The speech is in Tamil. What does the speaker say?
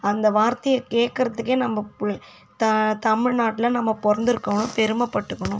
அந்த வார்த்தையை கேட்குறதுக்கே நம்ம தமிழ்நாட்டில் நம்ம பிறந்துருக்குறோன்னு பெருமைப்பட்டுக்கணும்